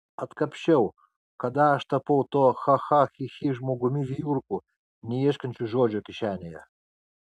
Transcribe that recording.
atkapsčiau kada aš tapau tuo cha cha chi chi žmogumi vijurku neieškančiu žodžio kišenėje